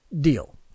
Deal